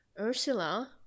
Ursula